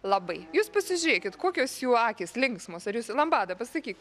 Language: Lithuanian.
labai jūs pasižiūrėkit kokios jų akys linksmos ar jūs lambada pasakyk